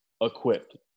equipped